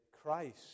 Christ